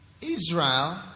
Israel